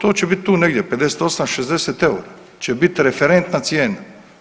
To će biti tu negdje, 58, 60 EUR-a će biti referentna cijena.